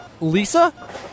Lisa